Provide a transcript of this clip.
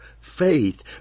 faith